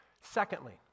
Secondly